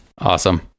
Awesome